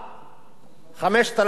5,013 שקל,